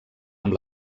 amb